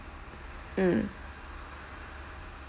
mm